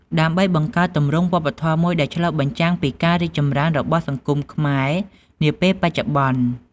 ដើម្បីបង្កើតទម្រង់វប្បធម៌មួយដែលឆ្លុះបញ្ចាំងពីការរីកចម្រើនរបស់សង្គមខ្មែរនាពេលបច្ចុប្បន្ន។